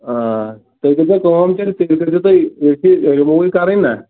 آ تُہۍ کٔرۍزیٚو کأم تیٚلہِ کٔرۍ تُہۍ ہیٚکِو رِموٗوٕے کرٕنۍ نا